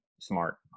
smart